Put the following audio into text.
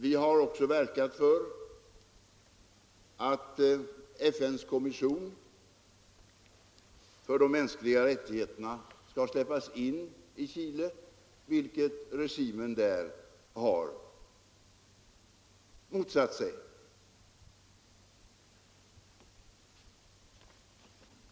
Vi har också verkat för att FN:s kommission för de mänskliga rättigheterna skall släppas in i Chile, något som regimen där har motsatt sig.